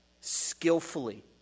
skillfully